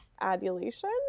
adulation